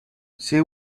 she